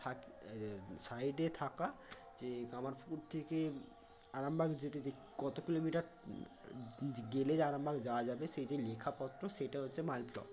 থাক সাইডে থাকা যে কামারপুকুর থেকে আরামবাগ যেতে যে কত কিলোমিটার গেলে যে আরামবাগ যাওয়া যাবে সেই যে লেখা পত্র সেটা হচ্ছে মাইল ফলক